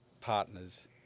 partners